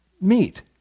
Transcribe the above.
meet